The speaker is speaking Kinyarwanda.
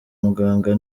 muganga